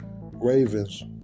Ravens